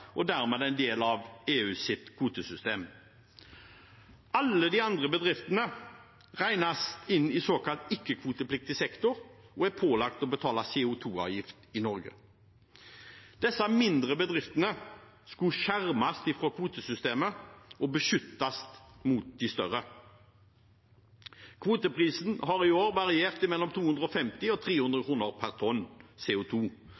og dermed er en del av EUs kvotesystem. Alle de andre bedriftene regnes inn i såkalt ikke-kvotepliktig sektor og er pålagt å betale CO 2 -avgift i Norge. Disse mindre bedriftene skulle skjermes fra kvotesystemet og beskyttes mot de større. Kvoteprisen har i år variert mellom 250 kr og 300